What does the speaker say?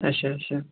اچھا اچھا